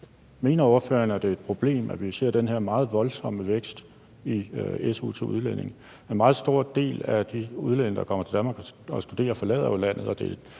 Mener ordføreren, at det er et problem, at vi ser den her meget voldsomme vækst i su til udlændige? En meget stor del af de udlændinge, der kommer til Danmark for at studere, forlader jo landet